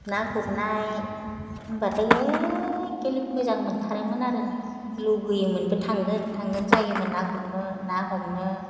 ना गुरनाय होमब्लाथाय एखे मोजां मोनथारोमोन आरो लुगैयोमोनबो थांगोन थांगोन जायोमोन ना गुरनो ना हमनो